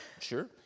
sure